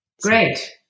Great